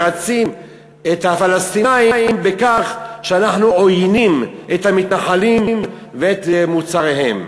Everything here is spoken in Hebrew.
מרצים את הפלסטינים בכך שאנחנו עוינים את המתנחלים ואת מוצריהם.